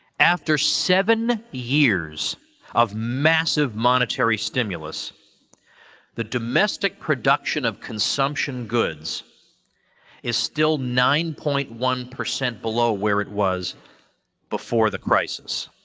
after seven years of massive monetary stimulus the domestic production of consumption goods is still nine point one below where it was before the crisis,